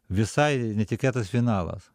visai netikėtas finalas